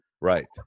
Right